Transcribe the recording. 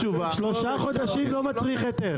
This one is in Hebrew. שלושה חודשים לא מצריך היתר.